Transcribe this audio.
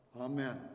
Amen